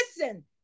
Listen